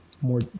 more